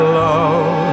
love